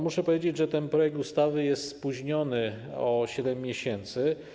Muszę powiedzieć, że ten projekt ustawy jest spóźniony o 7 miesięcy.